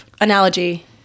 analogy